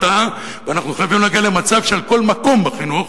ואנחנו חייבים להגיע למצב שעל כל מקום בחינוך